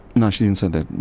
no, she didn't say that,